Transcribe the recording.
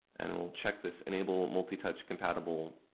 and we'll check this enable multitouch compatible